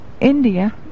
India